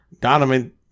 Donovan